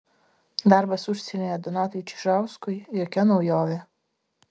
darbas užsienyje donatui čižauskui jokia naujovė